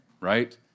right